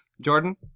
Jordan